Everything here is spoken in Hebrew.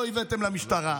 לא הבאתם למשטרה.